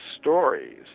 stories